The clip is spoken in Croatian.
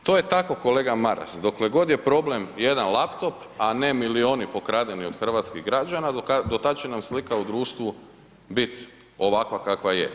A to je tako kolega Maras, dokle god je problem jedan laptop a ne milijuni pokradeni od hrvatskih građana do tada će nam slika u društvu biti ovakva kakva je.